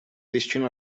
destino